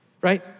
right